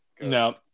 No